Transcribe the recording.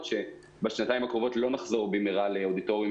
שבשנתיים הקרובות לא נחזור במהרה לאודיטוריומים